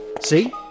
See